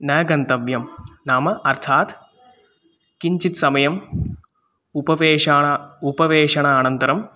न गन्तव्यं नाम अर्थात् किञ्चित् समयम् उपवेशनम् उपवेशनम् अनन्तरम्